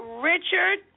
Richard